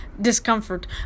discomfort